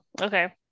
Okay